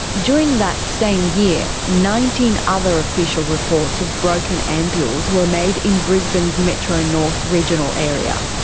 during that same year, nineteen other official reports of broken ampules were made in brisbane's metro north regional area.